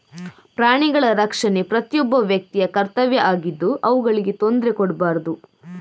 ಪ್ರಾಣಿಗಳ ರಕ್ಷಣೆ ಪ್ರತಿಯೊಬ್ಬ ವ್ಯಕ್ತಿಯ ಕರ್ತವ್ಯ ಆಗಿದ್ದು ಅವುಗಳಿಗೆ ತೊಂದ್ರೆ ಕೊಡ್ಬಾರ್ದು